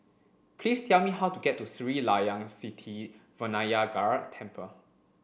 please tell me how to get to Sri Layan Sithi Vinayagar Temple